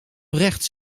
rechts